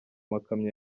makamyo